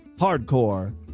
hardcore